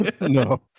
no